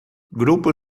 grupo